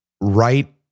right